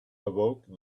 awoke